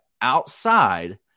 outside